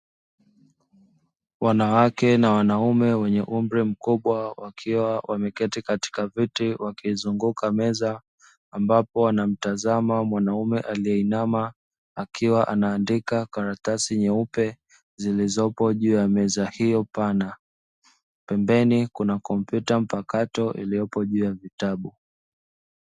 Wanawake na wanaume wenye umri mkubwa wakiwa wameketi katika viti wakizunguka meza, ambapo wanamtazama mwanaume aliyeinama akiwa anaandika karatasi nyeupe zilizopo juu ya meza hiyo pana; pembeni kuna kompyuta mpakato iliyopo juu ya vitabu.